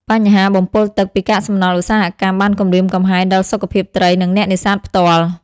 បញ្ហា បំពុលទឹក ពីកាកសំណល់ឧស្សាហកម្មបានគំរាមកំហែងដល់សុខភាពត្រីនិងអ្នកនេសាទផ្ទាល់។